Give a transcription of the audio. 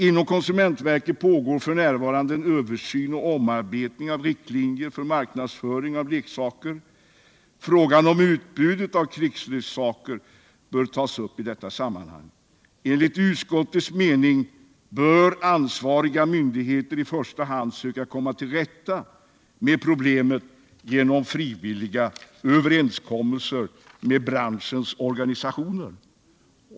Inom konsumentverket pågår f. n. en översyn och omarbetning av riktlinjer för marknadsföring av leksaker. Frågan om utbudet av krigsleksaker bör tas upp i detta sammanhang. Enligt utskottets mening bör ansvariga myndigheter i första hand söka komma till rätta med problemet genom frivilliga överenskommelser med branschens organisationer.